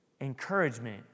encouragement